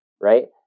right